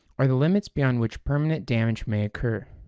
are the limits beyond which permanent damage may occur.